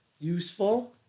useful